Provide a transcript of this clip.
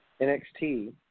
NXT